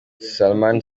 salman